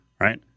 right